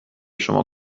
شما